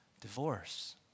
divorce